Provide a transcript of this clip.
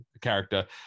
character